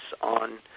on